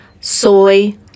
soy